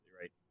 right